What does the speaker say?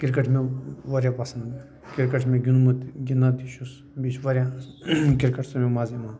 cricket چھُ مےٚ واریاہ پَسنٛد کِرکَٹ چھُ مےٚ گیُنٛدمُت تہِ گِنٛدان تہِ چھُس بیٚیہِ چھِ واریاہ کِرکَٹ سٟتۍ مزٕ یِوان